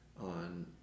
on